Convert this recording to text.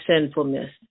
sinfulness